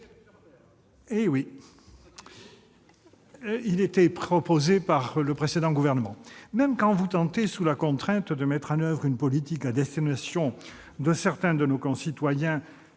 avait été proposée par le précédent gouvernement. Même quand vous tentez, sous la contrainte, de mettre en oeuvre une politique à destination de certains de nos concitoyens